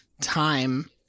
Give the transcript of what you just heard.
time